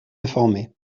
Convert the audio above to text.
informés